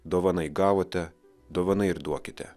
dovanai gavote dovanai ir duokite